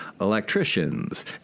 electricians